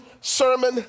sermon